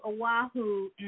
Oahu